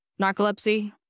narcolepsy